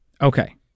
okay